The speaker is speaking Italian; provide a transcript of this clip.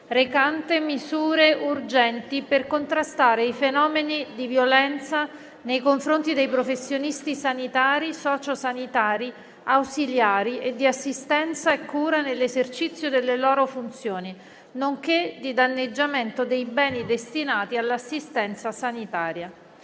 recante misure urgenti per contrastare i fenomeni di violenza nei confronti dei professionisti sanitari, socio-sanitari, ausiliari e di assistenza e cura nell'esercizio delle loro funzioni nonché di danneggiamento dei beni destinati all'assistenza sanitaria***